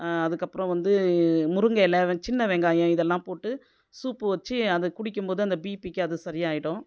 அதுக்கப்புறம் வந்து முருங்கை இலை சின்ன வெங்காயம் இதெல்லாம் போட்டு சூப் வச்சு அதை குடிக்கும் போது அந்த பிபிக்கு அது சரியாகிடும்